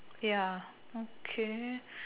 ya okay